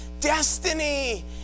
Destiny